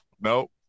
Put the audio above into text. Nope